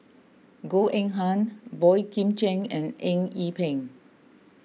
Goh Eng Han Boey Kim Cheng and Eng Yee Peng